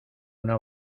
una